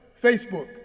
Facebook